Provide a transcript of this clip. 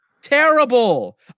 terrible